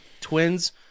Twins